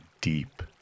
deep